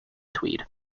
tweed